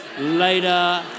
later